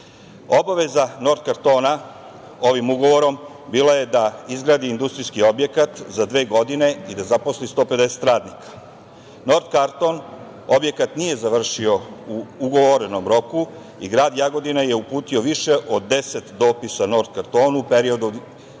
Obaveza „Nort kartona“ ovim ugovorom bila je da izgradi industrijski objekat za dve godine i da zaposli 150 radnika. „Nort karton“ objekat nije završio u ugovorenom roku i grad Jagodina je uputila više od 10 dopisa „Nort kartonu“ između 2015.